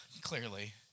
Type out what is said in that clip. clearly